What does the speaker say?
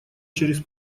через